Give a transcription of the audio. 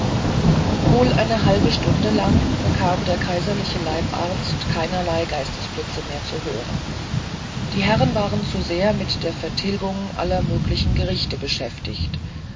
wohl eine halbe stunde lang bekam der kaiserliche leibarzt keinerlei geistesblitze mehr zu hören die herren waren zu sehr mit der vertilgung aller möglichen gerichte beschäftigt